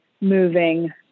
moving